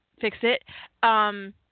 fix-it